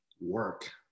work